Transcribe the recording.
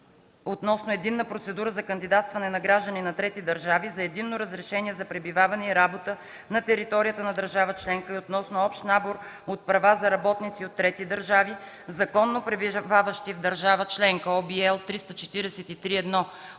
относно единна процедура за кандидатстване на граждани на трети държави за единно разрешение за пребиваване и работа на територията на държава членка и относно общ набор от права за работници от трети държави, законно пребиваващи в държава членка (OB, L 343/1